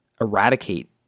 eradicate